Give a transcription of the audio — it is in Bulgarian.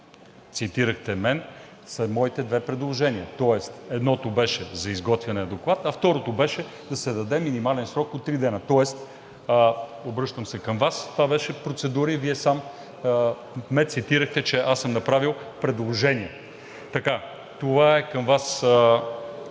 цитирахте мен и моите две предложения. Тоест едното беше за изготвяне на доклад, а второто беше да се даде минимален срок от три дни. Обръщам се към Вас: това беше процедура и Вие сам ме цитирахте, че аз съм направил предложения. Това е към Вас,